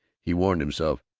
he warned himself,